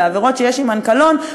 בעבירות שיש עמן קלון,